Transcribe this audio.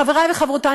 חברי וחברותי,